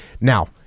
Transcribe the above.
now